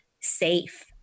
safe